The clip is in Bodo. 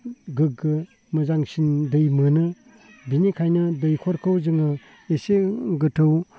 गोग्गो मोजांसिन दै मोनो बेनिखायनो दैखरखौ जोङो एसे गोथौ